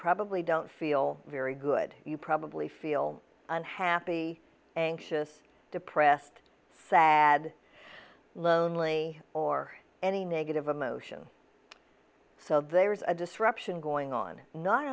probably don't feel very good you probably feel unhappy anxious depressed sad lonely or any negative emotion so there is a disruption going on not